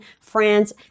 France